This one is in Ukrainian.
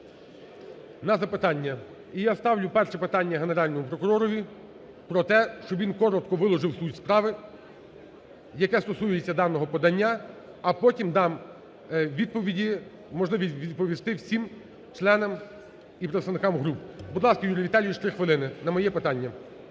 на запитання. І я ставлю перше питання Генеральному прокуророві про те, щоб він коротко виложив суть справи, яка стосується даного подання. А потім дам відповіді… можливість відповісти всім членам і представникам груп. Будь ласка, Юрій Віталійович, 3 хвилини на моє питання.